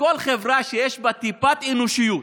בכל חברה שיש בה טיפת אנושיות